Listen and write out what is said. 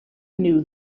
knew